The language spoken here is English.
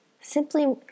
simply